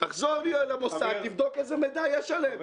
תחזור למוסד ותבדוק איזה מידע יש עליהם.